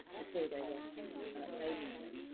before they were name indexed.